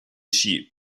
sheep